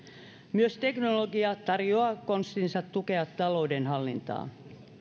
myös teknologia tarjoaa konstinsa tukea taloudenhallintaa